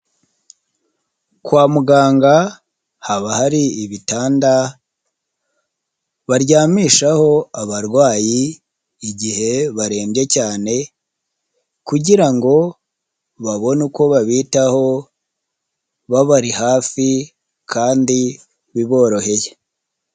Kwa muganga haba hari ibitanda baryamishaho abarwayi igihe barembye cyane kugira ngo babone uko babitaho babari hafi kandi biboroheye.